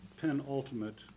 penultimate